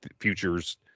futures